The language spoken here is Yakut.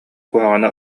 куһаҕаны